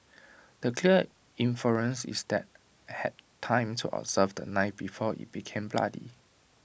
the clear inference is that had time to observe the knife before IT became bloody